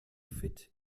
fit